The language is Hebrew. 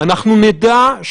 אם נשמע שלא הורידו